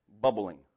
bubbling